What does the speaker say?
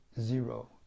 zero